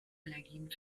allergien